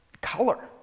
color